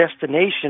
destination